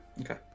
Okay